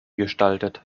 gestaltet